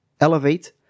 elevate